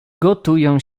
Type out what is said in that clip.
gotują